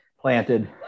planted